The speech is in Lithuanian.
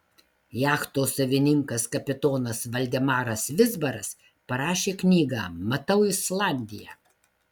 jachtos savininkas kapitonas valdemaras vizbaras parašė knygą matau islandiją